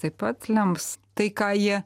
taip pat lems tai ką jie